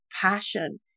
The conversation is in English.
passion